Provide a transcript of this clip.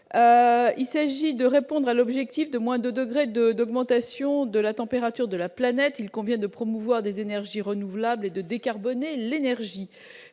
il s'agit de répondre à l'objectif de moins 2 degrés de d'augmentation de la température de la planète, il convient de promouvoir des énergies renouvelables et de décarboner l'énergie